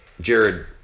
Jared